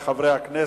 חברי חברי הכנסת,